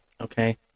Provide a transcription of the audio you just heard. Okay